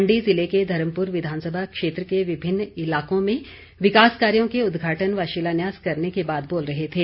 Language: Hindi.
मंडी जिले के धर्मप्र विधानसभा क्षेत्र के विभिन्न इलाकों में विकास कार्यो के उदघाटन व शिलान्यास करने के बाद बोल रहे थे